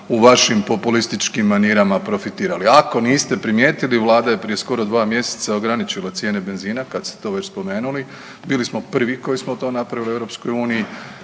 u vašim populističkim manirama profitirali. Ako niste primijetili Vlada je prije skoro dva mjeseca ograničila cijene benzina, kad ste to već spomenuli, bili smo prvi koji smo to napravili u EU.